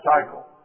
cycle